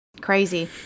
crazy